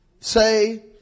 say